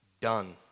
done